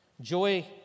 Joy